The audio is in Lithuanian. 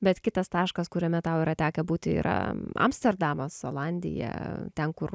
bet kitas taškas kuriame tau yra tekę būti yra amsterdamas olandija ten kur